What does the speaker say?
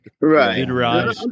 right